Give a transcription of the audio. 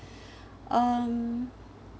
um